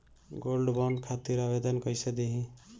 Gold bond खातिर आवेदन कैसे दिही?